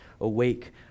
awake